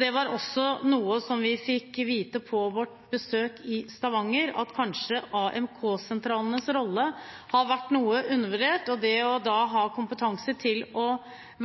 Det var også noe som vi fikk vite på vårt besøk i Stavanger, at AMK-sentralenes rolle kanskje har vært noe undervurdert, og det å ha kompetanse til å